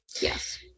yes